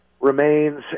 remains